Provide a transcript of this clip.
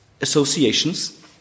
associations